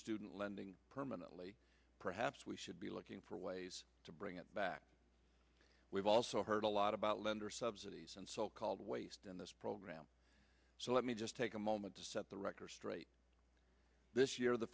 student lending permanently perhaps we should be looking for ways to bring it back we've also heard a lot about lender subsidies and so called waste in this program so let me just take a moment to set the record straight this year the